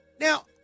Now